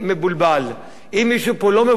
אם מישהו פה לא מבולבל, שיקום.